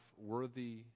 worthy